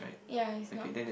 ya is not